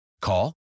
Call